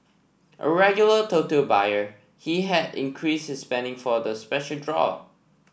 a regular Toto buyer he had increased his spending for the special draw